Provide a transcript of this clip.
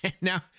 Now